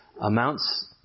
amounts